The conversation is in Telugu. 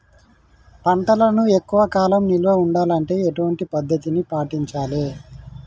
పంటలను ఎక్కువ కాలం నిల్వ ఉండాలంటే ఎటువంటి పద్ధతిని పాటించాలే?